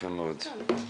יפה מאוד.